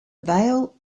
vail